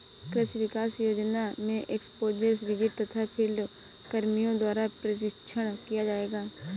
कृषि विकास योजना में एक्स्पोज़र विजिट तथा फील्ड कर्मियों द्वारा प्रशिक्षण किया जाएगा